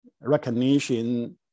recognition